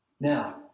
Now